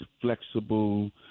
flexible